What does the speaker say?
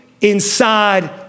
inside